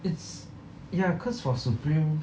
it's ya cause for Supreme